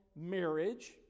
marriage